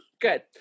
Good